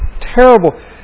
terrible